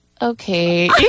Okay